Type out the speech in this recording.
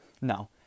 No